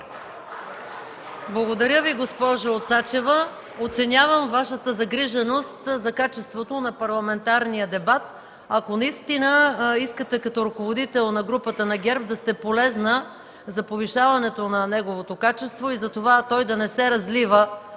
Благодаря Ви, госпожо Цачева. Оценявам Вашата загриженост за качеството на парламентарния дебат. Ако наистина искате като ръководител на групата на ГЕРБ да сте полезна за повишаването на неговото качество и за това той да не се разлива